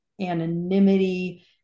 anonymity